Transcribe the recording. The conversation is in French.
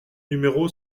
numéro